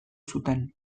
zuten